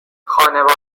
خانواده